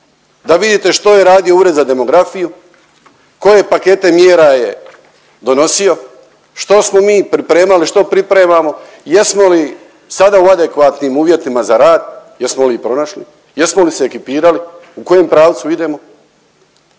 da vidite što je radio Ured za demografiju, koje pakete mjera je donosio, što smo mi pripremali, što pripremamo, jesmo li sada u adekvatnim uvjetima za rad, jesmo li ih pronašli, jesmo li se ekipirali, u kojem pravcu idemo.